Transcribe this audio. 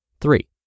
Three